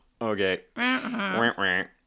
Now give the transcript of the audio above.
Okay